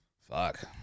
fuck